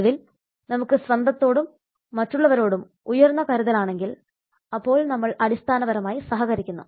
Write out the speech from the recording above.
ഒടുവിൽ നമുക്ക് സ്വന്ത്വത്തോടും മറ്റുള്ളവരോടും ഉയർന്ന കരുതൽ ആണെങ്കിൽ അപ്പോൾ നമ്മൾ അടിസ്ഥാനപരമായി സഹകരിക്കുന്നു